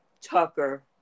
Tucker